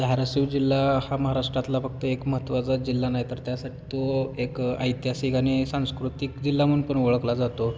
धाराशिव जिल्हा हा महाराष्ट्रातला फक्त एक महत्त्वाचा जिल्हा नाही तर त्यासाठी तो एक ऐतिहासिक आणि सांस्कृतिक जिल्हा म्हणून पण ओळखला जातो